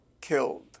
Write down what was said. killed